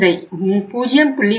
இந்த 0